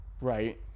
right